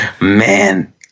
Man